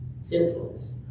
sinfulness